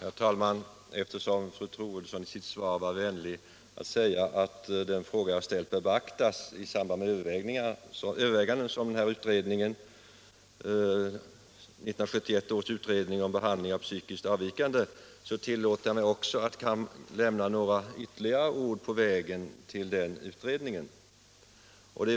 Herr talman! Eftersom fru Troedsson i sitt svar var vänlig att säga att den fråga jag ställt bör beaktas i samband med övervägandena i 1971 års utredning om behandling av psykiskt avvikande, tillåter jag mig att lämna några ytterligare ord på vägen till den utredningen.